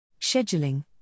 Scheduling